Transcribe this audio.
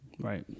Right